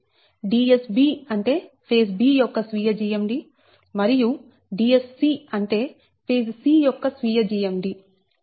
Dsc13ఫేజ్a యొక్క స్వీయ GMD Dsa Dsb అంటే ఫేజ్ b యొక్క స్వీయ GMD మరియు Dsc అంటే ఫేజ్ c యొక్క స్వీయ GMD